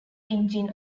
engine